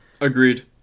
Agreed